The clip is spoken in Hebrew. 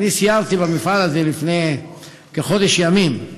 אני סיירתי במפעל הזה לפני כחודש ימים.